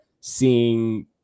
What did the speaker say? seeing